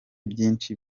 byinshi